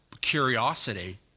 curiosity